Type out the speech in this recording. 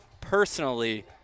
personally